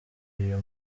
uyu